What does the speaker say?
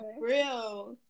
real